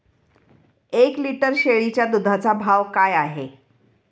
एक लिटर शेळीच्या दुधाचा भाव काय आहे?